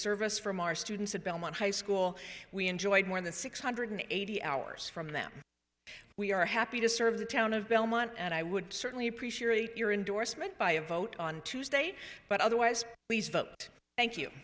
service from our students at belmont high school we enjoyed more than six hundred eighty hours from them we are happy to serve the town of belmont and i would certainly appreciate your indorsement by a vote on tuesday but otherwise please vote thank you